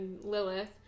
Lilith